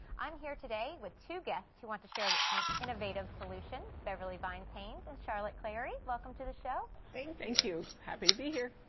i'm here today with two guests who want to share an innovative solution, beverly vines-haines vines-haines and charlotte clary. welcome to the show. thank thank you. happy to be here.